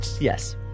yes